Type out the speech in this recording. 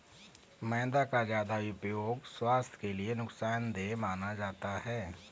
मैदा का ज्यादा प्रयोग स्वास्थ्य के लिए नुकसान देय माना जाता है